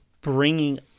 bringing